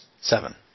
Seven